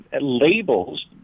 labels